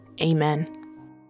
Amen